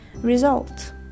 result